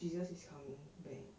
jesus is coming back